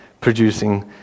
producing